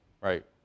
right